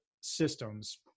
systems